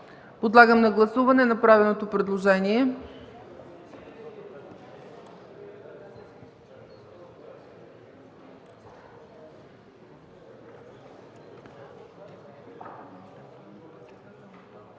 Подлагам на гласуване направеното предложение.